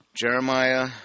Jeremiah